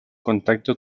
contacto